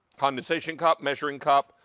condensation cup, measuring cup,